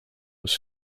was